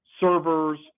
servers